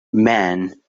men